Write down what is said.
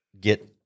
get